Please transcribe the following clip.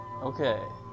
Okay